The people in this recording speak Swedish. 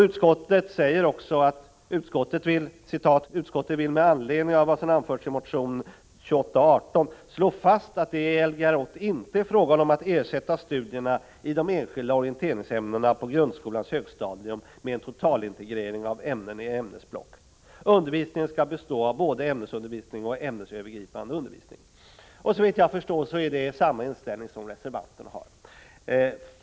Utskottsmajoriteten säger följande: ”Utskottet vill med anledning av vad som anförs i motion 1984/85:2818 slå fast att det i Lgr 80 inte är fråga om att ersätta studierna i de enskilda orienteringsämnena på grundskolans högstadium med en totalintegrering av ämnena i ämnesblock. Undervisningen skall bestå av både ämnesundervisning och ämnesövergripande undervisning.” Såvitt jag förstår är detta samma inställning som den reservanterna har.